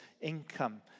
income